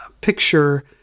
picture